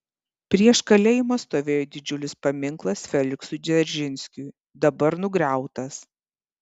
prieš kalėjimą stovėjo didžiulis paminklas feliksui dzeržinskiui dabar nugriautas